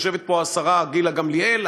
יושבת פה השרה גילה גמליאל.